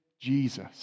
Jesus